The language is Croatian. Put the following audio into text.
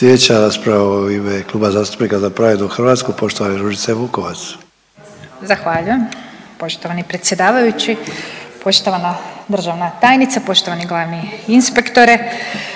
Slijedeća rasprava u ime Kluba zastupnika Za pravednu Hrvatsku poštovane Ružice Vukovac. **Vukovac, Ružica (Nezavisni)** Zahvaljujem poštovani predsjedavajući. Poštovana državna tajnice, poštovani glavni inspektore,